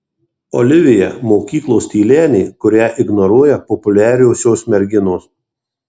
olivija mokyklos tylenė kurią ignoruoja populiariosios merginos